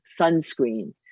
sunscreen